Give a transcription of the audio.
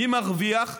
מי מרוויח?